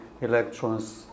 electrons